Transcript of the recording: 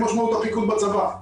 זו משמעות הפיקוד בצבא.